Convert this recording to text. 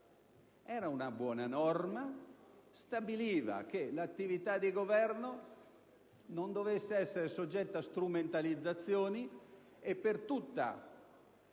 era una buona norma che stabiliva che l'attività di governo non avrebbe dovuto essere soggetta a strumentalizzazioni e che per tutta